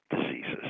diseases